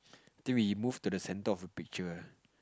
three move to the centre of the picture